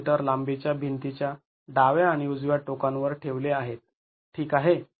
३ metre लांबीच्या भिंतीच्या डाव्या आणि उजव्या टोकांवर ठेवले आहे ठीक आहे